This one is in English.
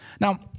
Now